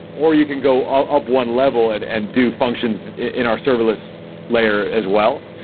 or you can go up one level and and do functions in our serverless layer as well.